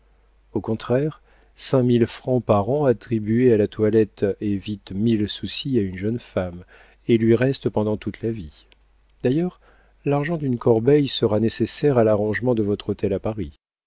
au contraire cinq mille francs par an attribués à la toilette évitent mille soucis à une jeune femme et lui restent pendant toute la vie d'ailleurs l'argent d'une corbeille sera nécessaire à l'arrangement de votre hôtel à paris